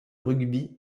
rugby